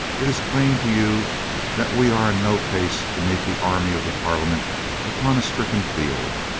it is plain to you that we are in no case to meet the army of the parliament upon a stricken field.